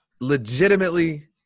legitimately